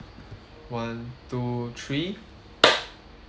one two three